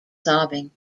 sobbing